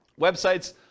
websites